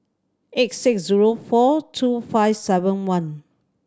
eight six zero four two five seven one